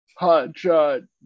hotshot